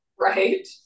Right